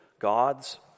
God's